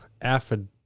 aphid